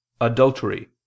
adultery